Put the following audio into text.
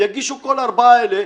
יגישו כל הארבעה האלה,